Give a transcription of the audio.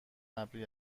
ابری